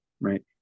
right